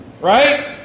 Right